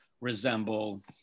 resemble